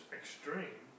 extreme